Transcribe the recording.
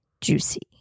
juicy